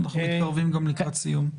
אנחנו מתקרבים גם לקראת סיום.